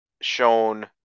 shown